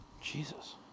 Jesus